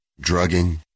drugging